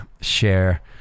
share